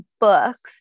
books